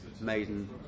Maiden